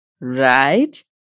right